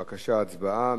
בבקשה, הצבעה.